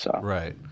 Right